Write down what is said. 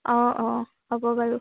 অঁ অঁ হ'ব বাৰু